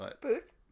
Booth